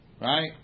Right